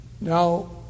Now